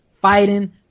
fighting